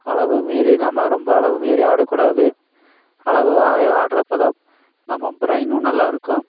அளவை மீறி நம்ம ரொம்ப அளவு மீறி ஆடக்கூடாது அளவாக ஆடுறப்பதான் நம்ம ப்ரைனும் நல்லா இருக்கும்